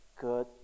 good